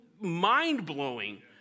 mind-blowing